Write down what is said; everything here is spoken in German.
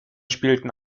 spielten